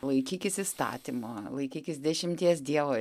laikykis įstatymo laikykis dešimties dievo